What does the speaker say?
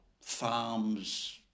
farms